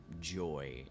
joy